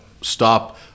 stop